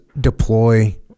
deploy